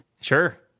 sure